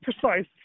precise